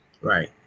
Right